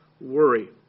worry